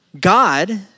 God